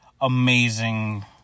amazing